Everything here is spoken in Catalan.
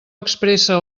expressa